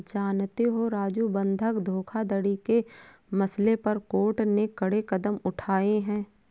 जानते हो राजू बंधक धोखाधड़ी के मसले पर कोर्ट ने कड़े कदम उठाए हैं